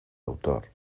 autor